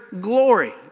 glory